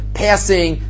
passing